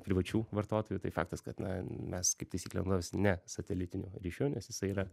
privačių vartotojų tai faktas kad na mes kaip taisyklė naudojamės ne satelitiniu ryšiu nes jisai yra